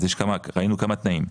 אז יש כמה ראינו כמה תנאים,